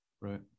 Right